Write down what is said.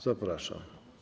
Zapraszam.